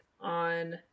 on